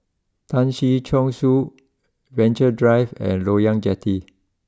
Tan Si Chong Su Venture Drive and Loyang Jetty